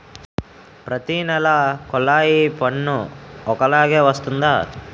ప్రతి నెల కొల్లాయి పన్ను ఒకలాగే వస్తుందా?